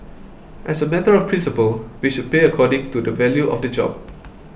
as a matter of principle we should pay according to the value of the job